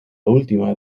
última